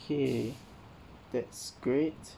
okay that's great